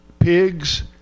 Pigs